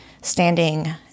standing